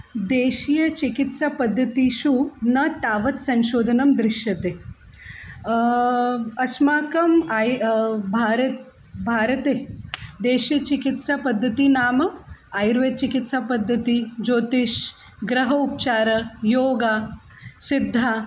देशीयचिकित्सापद्धतिषु न तावत् संशोधनं दृश्यते अस्माकम् आयुः भारते भारते देशीयचिकित्सापद्धतिः नाम आयुर्वेदः चिकित्सापद्धतिः ज्योतिशं ग्रहोपचारः योगः सिद्धः